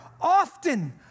often